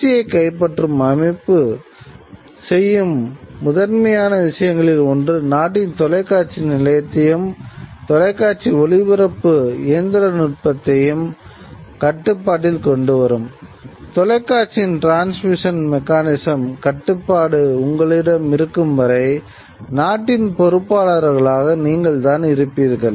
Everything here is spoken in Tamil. ஆட்சியை கைப்பற்றும் அமைப்பு செய்யும் முதன்மையான விஷயங்களில் ஒன்று நாட்டின் தொலைக்காட்சி நிலையத்தையும் தொலைக்காட்சி ஒளிபரப்பு இயந்திரநுட்பத்தையும் கட்டுப்பாடு உங்களிடம் இருக்கும் வரை நாட்டின் பொறுப்பாளராக நீங்கள்தான் இருப்பீர்கள்